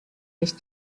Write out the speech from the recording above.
nicht